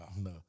No